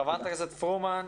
חברת הכנסת פרומן,